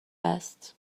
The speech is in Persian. است